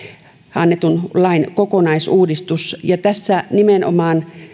annetun lain kokonaisuudistus tässä nimenomaan